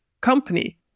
company